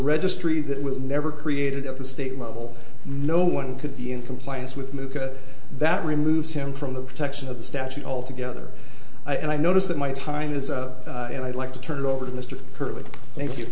registry that was never created at the state level no one could be in compliance with move at that removes him from the protection of the statute altogether and i notice that my time is up and i'd like to turn it over to mr kirkwood thank you